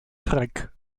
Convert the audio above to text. trek